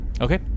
Okay